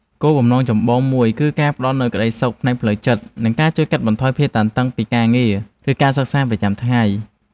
គោលបំណងចម្បងមួយគឺការផ្ដល់នូវ ក្ដីសុខផ្នែកផ្លូវចិត្ត និងការជួយកាត់បន្ថយភាពតានតឹងពីការងារ ឬការសិក្សាប្រចាំថ្ងៃ។